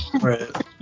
Right